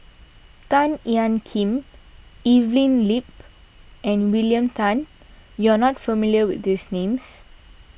Tan Ean Kiam Evelyn Lip and William Tan you are not familiar with these names